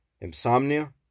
Insomnia